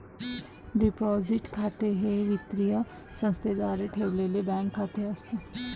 deposit खाते हे वित्तीय संस्थेद्वारे ठेवलेले बँक खाते असते